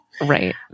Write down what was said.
Right